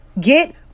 Get